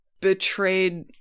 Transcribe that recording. betrayed